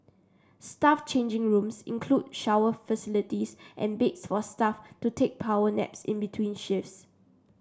staff changing rooms include shower facilities and beds for staff to take power naps in between shifts